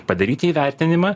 padaryti įvertinimą